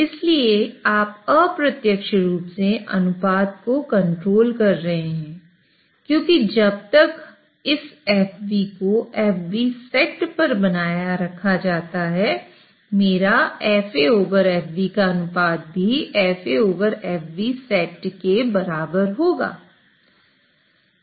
इसलिए आप अप्रत्यक्ष रूप से अनुपात को कंट्रोल कर रहे हैं क्योंकि जब तक इस FB को FBset पर बनाए रखा जाता है मेरा setके बराबर होगा